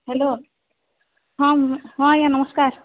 hello ହଁ ଆଜ୍ଞା ନମସ୍କାର